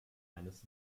eines